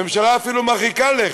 הממשלה אפילו מרחיקה לכת,